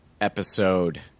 episode